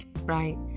Right